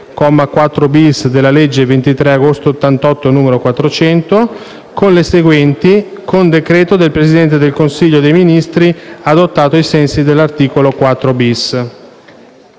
comma 4-*bis* della legge 23 agosto 1988, n. 400» con le seguenti: «Con decreto del Presidente del Consiglio dei ministri, adottato ai sensi dell'articolo